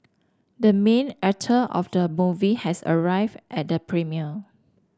the main actor of the movie has arrived at the premiere